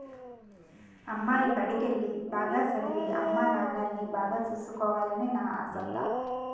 అమ్మాయి బడికెల్లి, బాగా సదవి, అమ్మానాన్నల్ని బాగా సూసుకోవాలనే నా ఆశంతా